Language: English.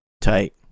Tight